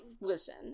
listen